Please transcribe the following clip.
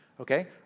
okay